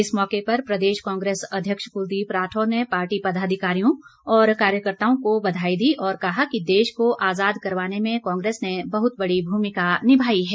इस मौके पर प्रदेश कांग्रेस अध्यक्ष कुलदीप राठौर ने पार्टी पदाधिकारियों और कार्यकर्ताओं को बधाई दी और कहा कि देश को आज़ाद करवाने में कांग्रेस ने बहुत बड़ी भूमिका निभाई है